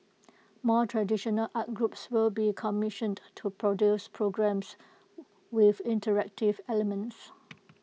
more traditional art groups will be commissioned to produce programmes with interactive elements